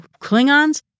Klingons